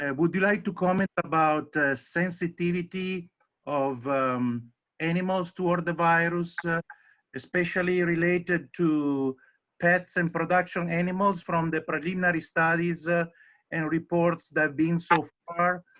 and would you like to comment about sensitivity of um animals toward the virus, especially related to pets and production animals from the preliminary studies ah and reports that been so far?